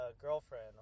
girlfriend